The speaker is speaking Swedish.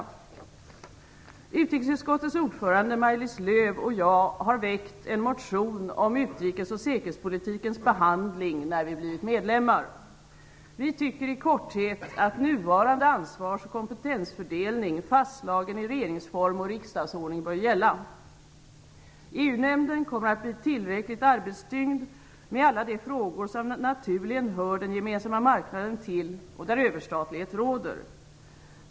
Utrikesutskottets ordförande Maj-Lis Lööw och jag har väckt en motion om utrikes och säkerhetspolitikens behandling när Sverige har blivit medlem. Vi tycker i korthet att nuvarande ansvarsoch kompetensfördelning fastslagen i regeringsform och riksdagsordning bör gälla. EU-nämnden kommer att bli tillräckligt arbetstyngd med alla de frågor som naturligen hör den gemensamma marknaden till och där överstatlighet råder.